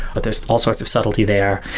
but there's all sorts of subtlety there.